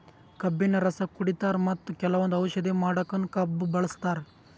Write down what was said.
ಕಬ್ಬಿನ್ ರಸ ಕುಡಿತಾರ್ ಮತ್ತ್ ಕೆಲವಂದ್ ಔಷಧಿ ಮಾಡಕ್ಕನು ಕಬ್ಬ್ ಬಳಸ್ತಾರ್